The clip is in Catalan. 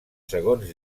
segons